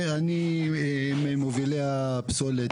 אני ממובילי הפסולת.